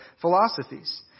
philosophies